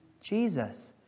Jesus